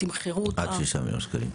עד 6 מיליון שקלים.